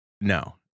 No